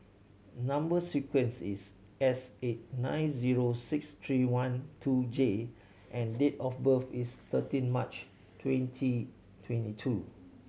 number sequence is S eight nine zero six three one two J and date of birth is thirteen March twenty twenty two